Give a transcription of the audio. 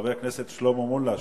חבר הכנסת שלמה מולה,